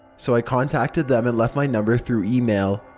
so i contacted them and left my number through email.